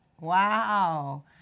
Wow